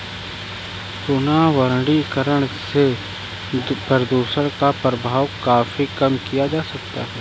पुनर्वनीकरण से प्रदुषण का प्रभाव काफी कम किया जा सकता है